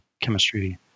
chemistry